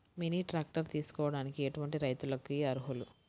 Mini tractor తీసుకోవడానికి ఎటువంటి రైతులకి అర్హులు?